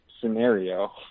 scenario